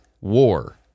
war